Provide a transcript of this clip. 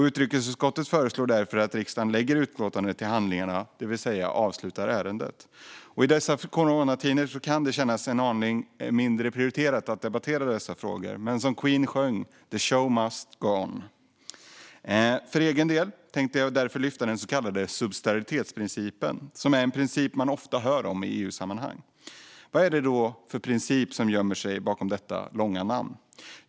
Utrikesutskottet föreslår därför att riksdagen lägger utlåtandet till handlingarna, det vill säga avslutar ärendet. I dessa coronatider kan det kännas en aning mindre prioriterat att debattera dessa frågor, men som Queen sjöng: The show must go on. För egen del tänkte jag därför lyfta upp den så kallade subsidiaritetsprincipen. Det är en princip man ofta hör om i EU-sammanhang. Vad är det då för princip som gömmer sig bakom detta långa namn?